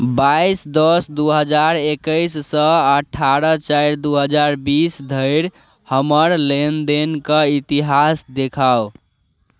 बाईस दश दू हजार एकैस सँ अठारह चारि दू हजार बीस धरि हमर लेनदेन कऽ इतिहास देखाउ